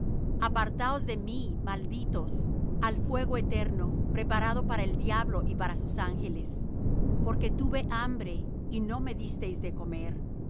apartaos de mí malditos al fuego eterno preparado para el diablo y para sus ángeles porque tuve hambre y no me disteis de comer